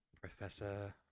Professor